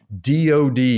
DOD